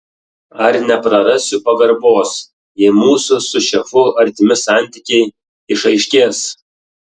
ar neprarasiu pagarbos jei mūsų su šefu artimi santykiai išaiškės